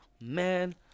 man